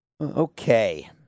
Okay